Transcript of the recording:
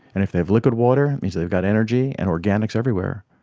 and if they have liquid water, it means they've got energy and organics everywhere.